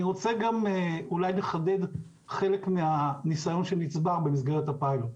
אני רוצה אולי לחדד חלק מהנסיון שנצבר במסגרת הפיילוט.